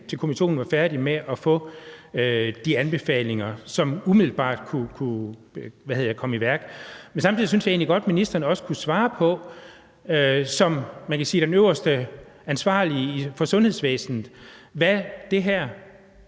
til kommissionen var færdig, med at få de anbefalinger, som umiddelbart kunne komme i værk. Men samtidig synes jeg egentlig godt, ministeren som den øverste ansvarlige for sundhedsvæsenet også kunne